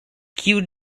kiu